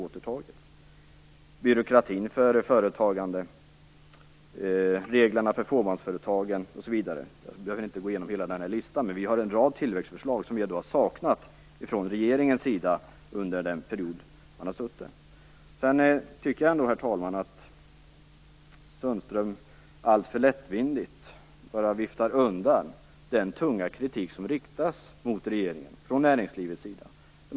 Vi har också byråkratin för företagandet och reglerna för fåmansföretagen osv. Jag behöver inte gå igenom hela listan, men vi kristdemokrater har en rad tillväxtförslag som vi har saknat från regeringens sida under mandatperioden. Herr talman! Jag tycker att Anders Sundström alltför lättvindigt bara viftar undan den tunga kritik som riktats mot regeringen från näringslivets sida.